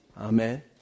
amen